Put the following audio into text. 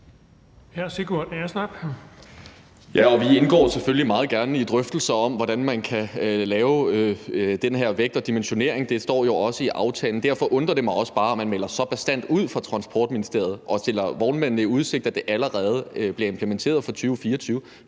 Vi indgår selvfølgelig meget gerne i drøftelser om, hvordan man kan lave det her med vægt og dimensionering – det står jo også i aftalen. Derfor undrer det mig også bare, at man melder så bastant ud fra Transportministeriets side og stiller vognmændene i udsigt, at det allerede bliver implementeret fra 2024,